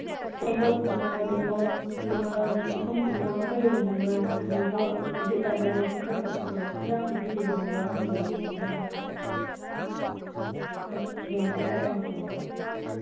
ꯇꯦꯡꯀꯣꯠꯀꯨꯝꯕ ꯇꯦꯡꯀꯣꯠꯒꯨꯝꯕ ꯄꯨꯈꯝꯒꯨꯝꯕ ꯈꯔ ꯌꯦꯡꯅꯤꯡꯕ ꯑꯗꯨꯒ ꯍꯧꯖꯤꯛꯀꯥꯟꯒꯤ ꯑꯅꯧꯕ ꯈꯔ ꯊꯣꯛꯄꯗꯣ ꯏꯅꯥꯎꯅꯨꯄꯤꯒꯤ ꯂꯨꯍꯣꯡꯕ ꯑꯃ ꯂꯩꯌꯦ ꯑꯗꯨꯗ ꯈꯔ ꯌꯦꯡꯁꯤꯔꯥ ꯍꯥꯏꯅ ꯇꯧꯕ